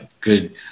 good